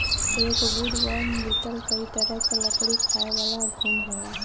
एक woodworm beetle कई तरह क लकड़ी खायेवाला घुन होला